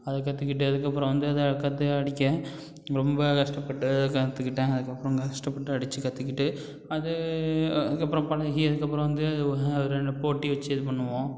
அதை கற்றுக்கிட்டு அதுக்கப்புறம் வந்து அதை கற்று அடிக்கேன் ரொம்ப கஷ்டப்பட்டு கற்றுக்கிட்டேன் அதுக்கப்புறம் கஷ்டப்பட்டு அடிச்சு கற்றுக்கிட்டு அது அதுக்கப்புறம் பழகி அதுக்கப்புறம் வந்து ரெண்டு போட்டி வைச்சு இது பண்ணுவோம்